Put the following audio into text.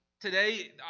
Today